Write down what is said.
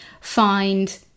find